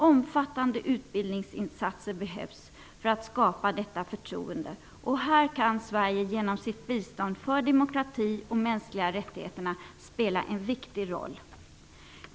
Omfattande utbildningsinsatser behövs för att skapa detta förtroende, och här kan Sverige genom sitt bistånd för demokrati och mänskliga rättigheter spela en viktig roll.